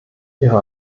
ihre